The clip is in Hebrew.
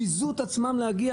ביזו את עצמם להגיע